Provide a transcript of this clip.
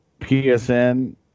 PSN